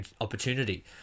opportunity